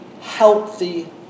healthy